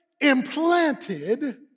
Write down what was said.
Implanted